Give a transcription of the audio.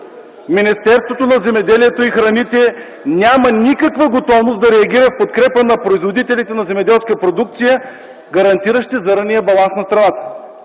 Министерството на земеделието и храните няма никаква готовност да реагира в подкрепа на производителите на земеделска продукция, гарантиращи зърнения баланс на страната.